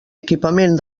equipament